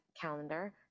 calendar